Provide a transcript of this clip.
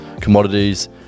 commodities